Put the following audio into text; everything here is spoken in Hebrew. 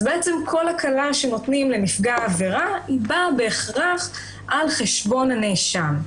בעצם כל הקלה שנותנים לנפגע עבירה באה בהכרח על חשבון הנאשם.